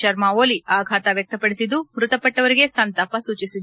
ಶರ್ಮ ಓಲಿ ಆಘಾತ ವ್ಯಕ್ತಪಡಿಸಿದ್ದು ಮೃತಪಟ್ವವರಿಗೆ ಸಂತಾಪ ಸೂಚಿಸಿದ್ದಾರೆ